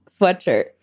sweatshirt